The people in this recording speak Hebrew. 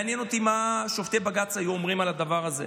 מעניין אותי מה שופטי בג"ץ היו אומרים על הדבר הזה.